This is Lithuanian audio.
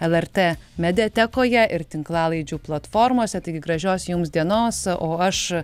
lrt mediatekoje ir tinklalaidžių platformose taigi gražios jums dienos o aš